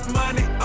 money